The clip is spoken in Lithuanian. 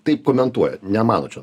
taip komentuoja ne mano čia